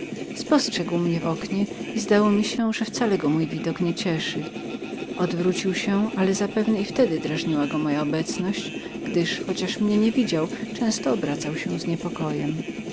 mnie w oknie i zdało mi się że wcale go ten widok nie cieszył odwrócił się ale widać że i wtedy niepokoiłam go gdyż chociaż mnie nie widział często obracał się z